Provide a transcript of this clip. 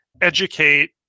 educate